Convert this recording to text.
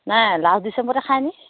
নাই লাষ্ট ডিচেম্বৰতে খায় নি